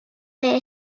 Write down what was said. aire